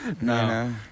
No